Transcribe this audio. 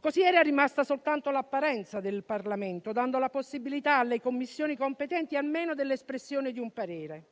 Così era rimasta soltanto l'apparenza del Parlamento, dando la possibilità alle Commissioni competenti almeno dell'espressione di un parere.